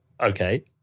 Okay